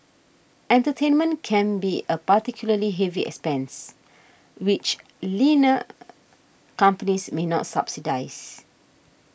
entertainment can be a particularly heavy expense which leaner companies may not subsidise